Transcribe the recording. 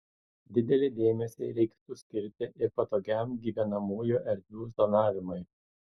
didelį dėmesį reiktų skirti ir patogiam gyvenamųjų erdvių zonavimui